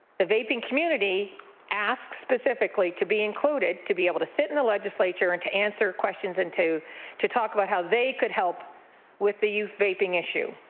the vaping community asked specifically to be included to be able to sit in the legislature and to answer questions and to to talk about how they could help with the youth vaping issue.